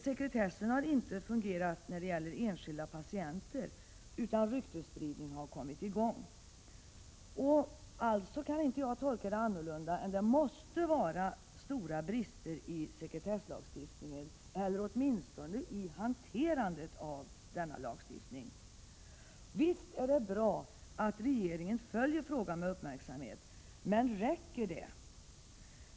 Sekretessen har inte fungerat när det gäller enskilda patienter, utan ryktesspridning har kommit i gång. Jag kan inte tolka det på annat sätt än att det måste vara stora brister i sekretesslagstiftningen, eller åtminstone i hanterandet av denna lagstiftning. Visst är det bra att regeringen följer frågan med uppmärksamhet, men räcker det?